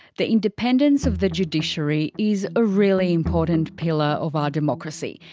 the independence of the judiciary is a really important pillar of our democracy,